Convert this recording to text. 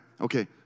Okay